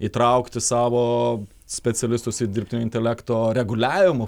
įtraukti savo specialistus į dirbtinio intelekto reguliavimų